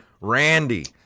Randy